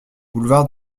boulevard